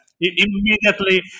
immediately